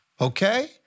Okay